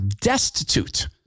destitute